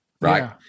right